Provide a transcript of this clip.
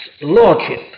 lordship